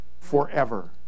forever